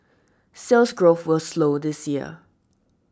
Sales Growth will slow this year